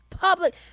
public